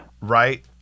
right